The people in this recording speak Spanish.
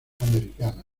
americana